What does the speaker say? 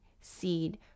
seed